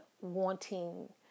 wanting